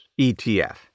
ETF